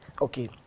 Okay